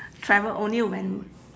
travel only when